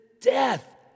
Death